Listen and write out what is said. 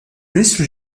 ministru